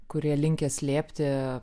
kurie linkę slėpti